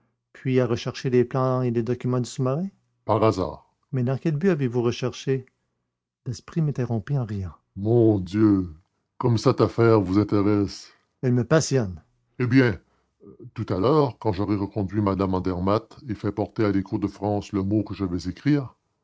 puis à rechercher les plans et les documents du sous-marin par hasard mais dans quel but avez-vous recherché daspry m'interrompit en riant mon dieu comme cette affaire vous intéresse elle me passionne eh bien tout à l'heure quand j'aurai reconduit mme andermatt et fait porter à l'écho de france le mot que je vais écrire